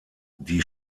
die